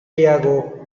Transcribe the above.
diego